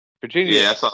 Virginia